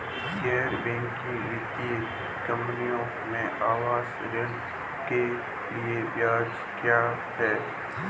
गैर बैंकिंग वित्तीय कंपनियों में आवास ऋण के लिए ब्याज क्या है?